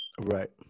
Right